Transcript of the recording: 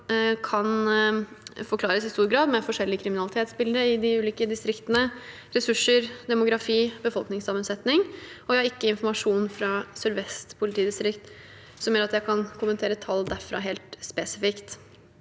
kan forklares i stor grad med forskjellig kriminalitetsbilde i de ulike distriktene, ressurser, demografi og befolkningssammensetning. Jeg har ikke informasjon fra Sør-Vest politidistrikt som gjør at jeg kan kommentere tall derfra helt spesifikt.